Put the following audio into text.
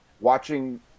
watching